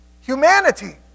Humanity